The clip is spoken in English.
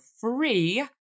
free